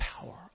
power